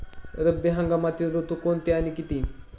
रब्बी हंगामातील ऋतू कोणते आणि किती?